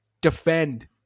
defend